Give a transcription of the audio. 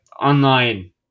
online